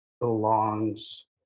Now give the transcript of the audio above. belongs